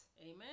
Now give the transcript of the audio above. Amen